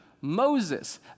Moses